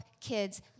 kids